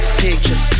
picture